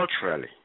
culturally